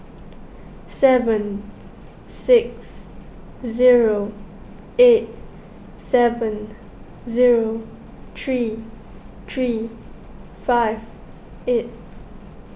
seven six zero eight seven zero three three five eight